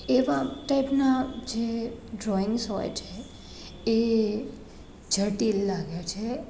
એવા ટાઈપના જે ડ્રોઇંગસ હોય છે એ જટિલ લાગે છે